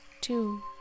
two